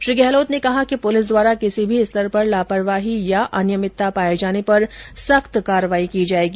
श्री गहलोत ने कहा कि पुलिस द्वारा किसी भी स्तर पर लापरवाही या अनियमितता पाये जाने पर सख्त कार्रवाई की जायेगी